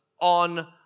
on